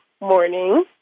morning